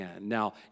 Now